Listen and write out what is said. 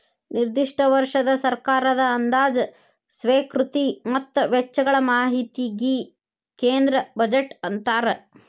ನಿರ್ದಿಷ್ಟ ವರ್ಷದ ಸರ್ಕಾರದ ಅಂದಾಜ ಸ್ವೇಕೃತಿ ಮತ್ತ ವೆಚ್ಚಗಳ ಮಾಹಿತಿಗಿ ಕೇಂದ್ರ ಬಜೆಟ್ ಅಂತಾರ